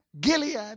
Gilead